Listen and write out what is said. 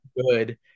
good